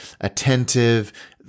attentive